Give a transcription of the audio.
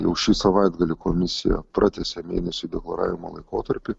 jau šį savaitgalį komisija pratęsia mėnesį deklaravimo laikotarpį